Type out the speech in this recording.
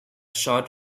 short